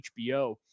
HBO